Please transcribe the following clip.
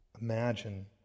Imagine